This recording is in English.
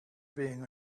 being